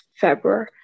February